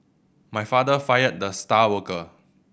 my father fired the star worker